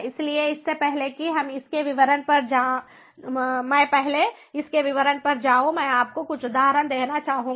इसलिए इससे पहले कि मैं इसके विवरण पर जाऊं मैं आपको कुछ उदाहरण देना चाहूंगा